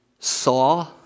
saw